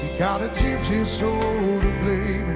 got a gypsy so